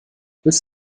willst